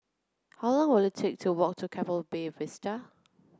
how long will it take to walk to Keppel Bay Vista